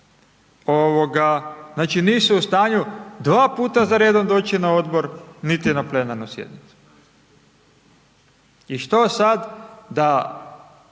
znači, nisu u stanju dva puta za redom doći na odbor, niti na plenarnu sjednicu. I što sad da